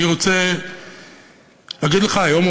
אני רוצה להגיד לך היום,